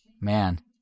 Man